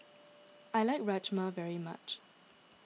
I like Rajma very much